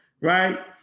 Right